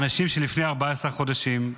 אנשים שלפני 14 חודשים,